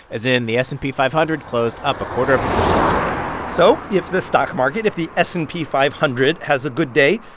as in, the s and p five hundred closed up a quarter of a percent today so, if the stock market if the s and p five hundred has a good day,